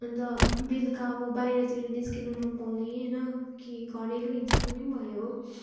अन्त बेलुका अब बाहिरतिर निस्किनु नपाउने होइन कि घरेलु हिंसा पनि भयो